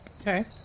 Okay